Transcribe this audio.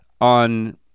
on